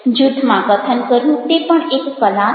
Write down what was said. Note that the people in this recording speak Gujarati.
જૂથમાં કથન કરવું તે પણ એક કલા છે